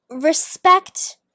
Respect